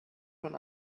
von